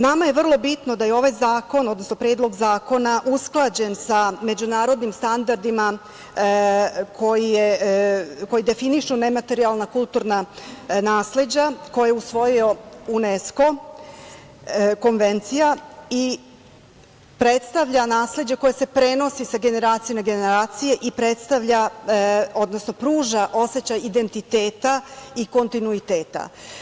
Nama je vrlo bitno da je ovaj zakon, odnosno predlog zakona usklađen sa međunarodnim standardima koji definišu nematerijalna kulturna nasleđa koja je usvojio UNESKO, konvencija, i predstavlja nasleđe koje se prenosi sa generacije na generaciju i predstavlja, odnosno pruža osećaj identiteta i kontinuiteta.